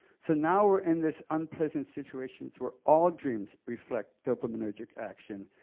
so now we're in this unpleasant situation where all dreams reflect dopaminergic action,